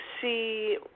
see